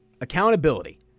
accountability